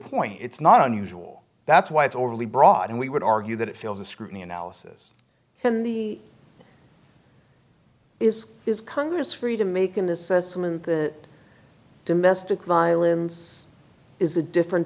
point it's not unusual that's why it's overly broad and we would argue that it feels the scrutiny analysis is is congress free to make an assessment that domestic violence is a different